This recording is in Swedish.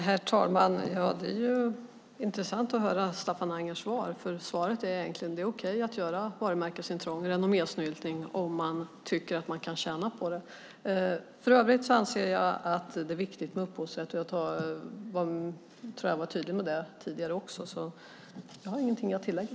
Herr talman! Det är intressant att höra Staffan Angers svar. Svaret är egentligen att det är okej att göra varumärkesintrång och renommésnyltning om man tycker att man kan tjäna på det. För övrigt anser jag att det är viktigt med upphovsrätt. Jag tror att jag var tydlig med det tidigare också, så jag har ingenting att tillägga.